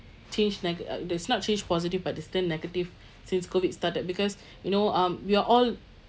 changed nega~ uh does not change positive but they still negative since COVID started because you know um we are all